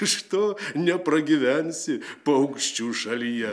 iš to nepragyvensi paukščių šalyje